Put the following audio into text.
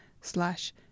slash